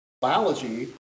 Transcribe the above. biology